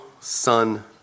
son